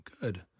Good